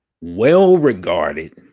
well-regarded